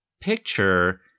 picture